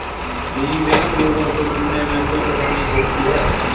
निजी बैंक लोगों को लूटने में कोई कसर नहीं छोड़ती है